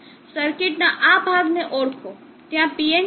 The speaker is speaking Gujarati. સર્કિટના આ ભાગને ઓળખો ત્યાં PNP